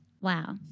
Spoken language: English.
wow